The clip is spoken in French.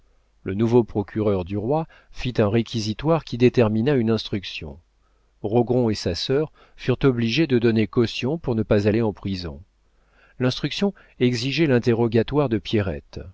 le nouveau procureur du roi fit un réquisitoire qui détermina une instruction rogron et sa sœur furent obligés de donner caution pour ne pas aller en prison l'instruction exigeait l'interrogatoire de pierrette